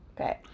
Okay